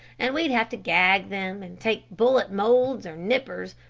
and we'd have to gag them and take bullet molds or nippers,